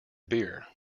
beer